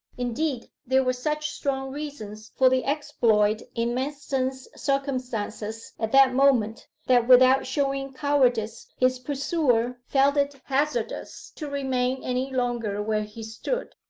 indeed, there were such strong reasons for the exploit in manston's circumstances at that moment that without showing cowardice, his pursuer felt it hazardous to remain any longer where he stood.